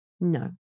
No